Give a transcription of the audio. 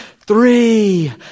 Three